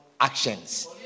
actions